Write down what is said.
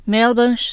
Melbourne